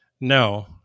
No